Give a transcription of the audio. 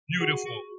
Beautiful